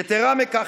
יתרה מזו,